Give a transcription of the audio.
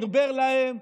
ברבר להם,